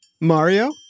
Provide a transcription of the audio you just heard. Mario